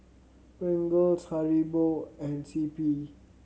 Pringles Haribo and C P